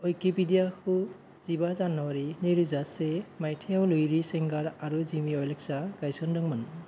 विकिपेडियाखौ जिबा जानुवारि नै रोजा से माइथायाव लैरी सेंगार आरो जिमि वेल्सआ गायसनदोंमोन